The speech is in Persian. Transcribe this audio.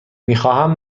میخواهم